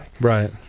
Right